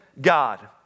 God